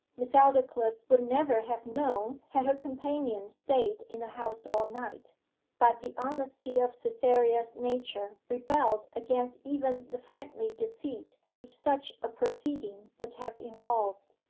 miss aldclyffe would never have known had her companion stayed in the house all night but the honesty of cytherea's nature rebelled against even the friendly deceit which such a proceeding would have involved.